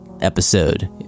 episode